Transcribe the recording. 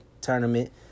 tournament